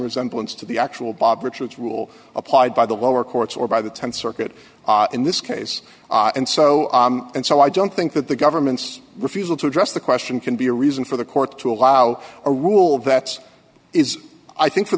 resemblance to the actual bob richards rule applied by the lower courts or by the th circuit in this case and so and so i don't think that the government's refusal to address the question can be a reason for the court to allow a rule that's is i think for